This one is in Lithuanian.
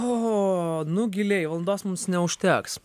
o o nu giliai valandos mums neužteks